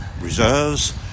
reserves